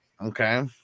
Okay